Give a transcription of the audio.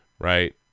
right